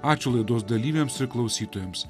ačiū laidos dalyviams klausytojams